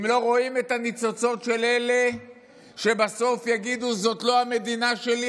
אם לא רואים את הניצוצות של אלה שבסוף יגידו: זאת לא המדינה שלי,